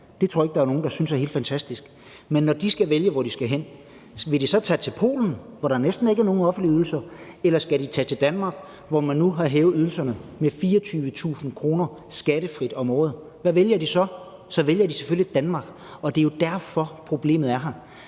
er der ikke nogen, der synes, det er helt fantastisk – det tror jeg ikke. Men når de skal vælge, hvor de skal hen, vil de så tage til Polen, hvor der næsten ikke er nogen offentlige ydelser, eller vil de tage til Danmark, hvor man nu har hævet ydelserne med 24.000 kr. skattefrit om året? Hvad vælger de så? Så vælger de selvfølgelig Danmark. Og det er jo derfor, problemet er her.